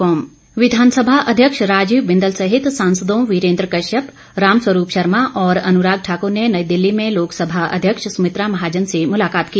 मुलाकात विधानसभा अध्यक्ष राजीव बिंदल सहित सांसदों वीरेन्द्र कश्यप रामस्वरूप शर्मा और अनुराग ठाकुर ने आज नई दिल्ली में लोकसभा अध्यक्ष सुमित्रा महाजन से मुलाकात की